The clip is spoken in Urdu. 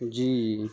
جی